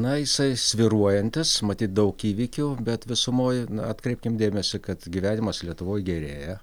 na jisai svyruojantis matyt daug įvykių bet visumoj na atkreipkim dėmesį kad gyvenimas lietuvoj gerėja